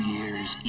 Year's